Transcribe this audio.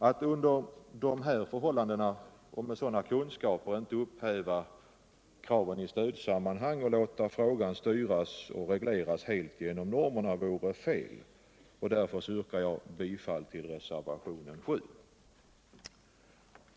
Att under de förhållandena och med sådana kunskaper inte upphäva kraven i stödsammanhang och inte låta frågan styras och regleras helt genom normerna vore fel, och därför yrkar jag bifall till reservationen 7.